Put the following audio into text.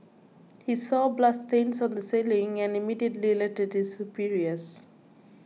he saw bloodstains on the ceiling and immediately alerted his superiors